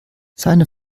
seine